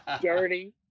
Dirty